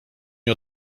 nie